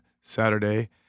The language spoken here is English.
Saturday